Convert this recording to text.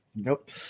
Nope